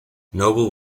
noble